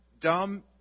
dumb